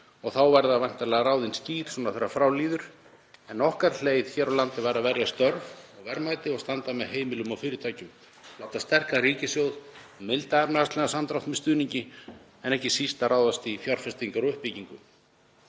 og þá verða væntanlega ráðin skýr þegar frá líður. Okkar leið hér á landi var að verja störf og verðmæti og standa með heimilum og fyrirtækjum, láta sterkan ríkissjóð milda efnahagslegan samdrátt með stuðningi en ekki síst að ráðast í fjárfestingar og uppbyggingu.